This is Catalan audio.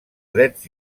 drets